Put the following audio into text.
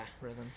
rhythm